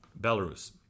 Belarus